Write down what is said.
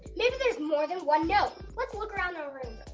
maybe there's more than one note. let's look around the room!